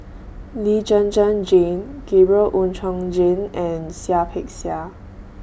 Lee Zhen Zhen Jane Gabriel Oon Chong Jin and Seah Peck Seah